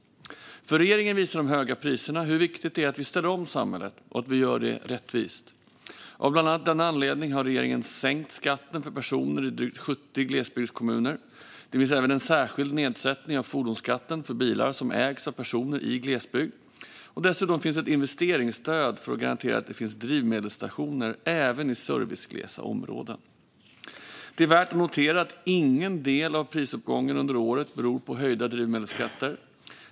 För regeringen visar de höga priserna hur viktigt det är att vi ställer om samhället och att vi gör det rättvist. Av bland annat denna anledning har regeringen sänkt skatten för personer i drygt 70 glesbygdskommuner. Det finns även en särskild nedsättning av fordonsskatten för bilar som ägs av personer i glesbygd. Dessutom finns ett investeringsstöd för att garantera att det finns drivmedelsstationer även i serviceglesa områden. Det är värt att notera att ingen del av prisuppgången under året beror på höjda drivmedelsskatter.